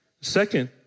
Second